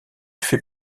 fait